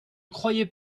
croyais